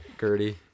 Gertie